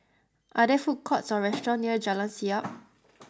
are there food courts or restaurants near Jalan Siap